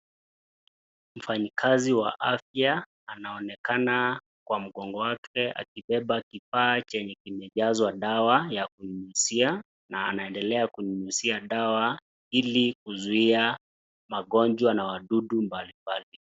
Mfanyikazi wa afya anaonekana kwa mgongo wake akibeba kifaa chenye kilijazwa dawa ya kunyunyizia, na anaendelea kunyunyizia dawa ili kuzuia magonjwa na wadudu mbalimbali.